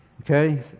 Okay